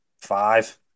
five